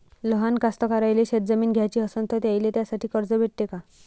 लहान कास्तकाराइले शेतजमीन घ्याची असन तर त्याईले त्यासाठी कर्ज भेटते का?